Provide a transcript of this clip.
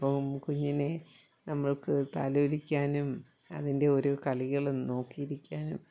അപ്പം കുഞ്ഞിനെ നമ്മൾക്ക് താലോലിക്കാനും അതിൻ്റെയോരോ കളികൾ നോക്കിയിരിക്കാനും